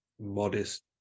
modest